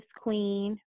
queen